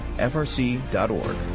frc.org